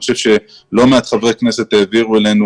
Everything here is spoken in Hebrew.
אני חושב שלא מעט חברי כנסת העבירו אלינו